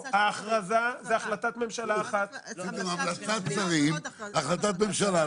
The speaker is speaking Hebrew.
זה המלצת שרים ואז החלטת ממשלה.